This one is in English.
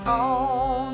on